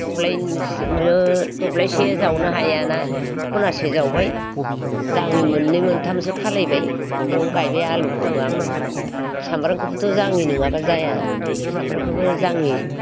दब्लाइ दब्लायसे जावनो हाया ना ख'नासे जावबाय जाङि मोन्नै मोनथामसो खालायबाय बेयावनो गायबाय आलुखौबो आङो सामब्रामखौबोथ' जाङि नङाबा जाया सामब्रामखौबो जाङि